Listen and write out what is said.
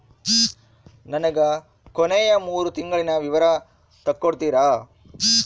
ನನಗ ಕೊನೆಯ ಮೂರು ತಿಂಗಳಿನ ವಿವರ ತಕ್ಕೊಡ್ತೇರಾ?